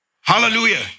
Hallelujah